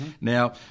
Now